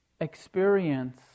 experience